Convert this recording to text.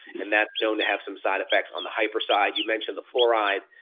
and that's known to have some side effects on the hyper side. you mentioned the fluoride,